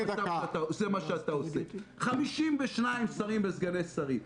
52 שרים וסגני שרים,